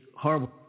horrible